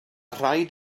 rhaid